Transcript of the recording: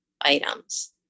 items